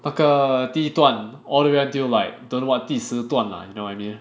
那个第一段 all the way until like don't know what 第十段 lah you know what I mean